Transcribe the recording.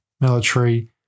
military